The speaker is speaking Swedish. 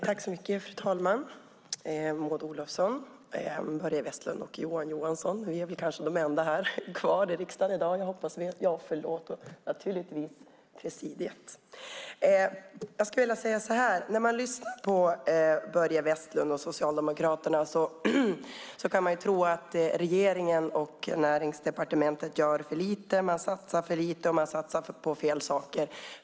Fru talman, Maud Olofsson, Börje Vestlund och Johan Johansson! Vi är kanske de enda kvar här i kammaren förutom presidiet. När man lyssnar på Börje Vestlund och Socialdemokraterna kan man tro att regeringen och Näringsdepartementet gör för lite, satsar för lite och satsar på fel saker.